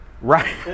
Right